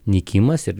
nykimas ir